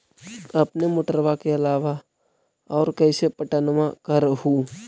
अपने मोटरबा के अलाबा और कैसे पट्टनमा कर हू?